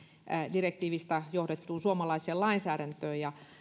direktiivistä johdettuun suomalaiseen lainsäädäntöön ja